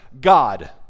God